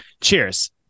Cheers